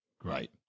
Great